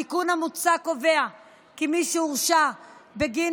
התיקון המוצע קובע כי מי שהורשע בגין